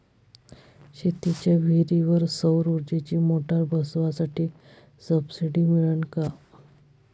शेतीच्या विहीरीवर सौर ऊर्जेची मोटार बसवासाठी सबसीडी मिळन का?